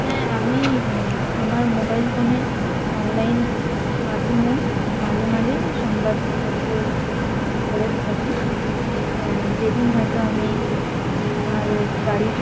হ্যাঁ আমি আমার মোবাইল ফোনে অনলাইন মাধ্যমে মাঝেমাঝে সংবাদপত্র পড়ে থাকি যেদিন হয়তো আমি আমাদের বাড়ির